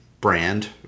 brand